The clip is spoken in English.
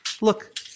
Look